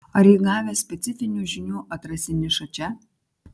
ar įgavęs specifinių žinių atrasi nišą čia